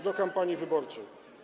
do kampanii wyborczej.